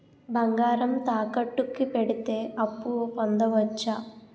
బంగారం తాకట్టు కి పెడితే అప్పు పొందవచ్చ?